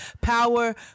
power